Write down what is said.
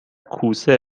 کوسه